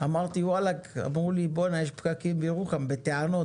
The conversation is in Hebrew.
אמרו לי יש פקקים בירוחם בטענות,